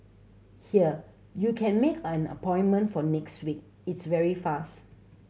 here you can make an appointment for next week it's very fast